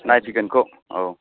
नायफैगोनखौ औ